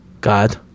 God